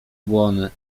błony